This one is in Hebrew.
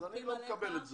אני לא מקבל את זה.